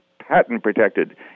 patent-protected